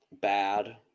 Bad